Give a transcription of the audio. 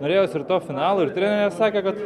norėjos ir to finalo ir treneris sakė kad